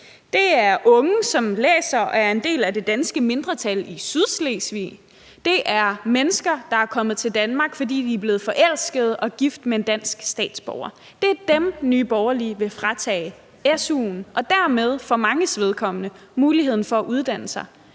Det er unge, som læser og er en del af det danske mindretal i Sydslesvig; det er mennesker, som er kommet til Danmark, fordi de er blevet forelsket og er blevet gift med en dansk statsborger. Det er dem, Nye Borgerlige vil fratage su'en og dermed for manges vedkommende muligheden for at uddanne sig.